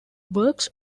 works